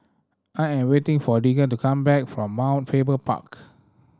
I am waiting for Deegan to come back from Mount Faber Park